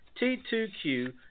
T2Q